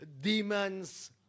demons